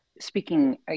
Speaking